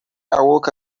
awoke